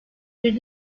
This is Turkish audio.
bir